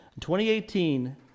2018